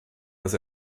das